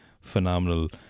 phenomenal